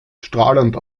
strahlend